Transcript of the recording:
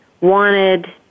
wanted